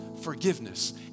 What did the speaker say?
forgiveness